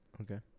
Okay